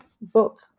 book